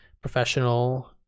professional